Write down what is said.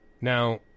Now